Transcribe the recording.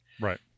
Right